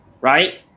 Right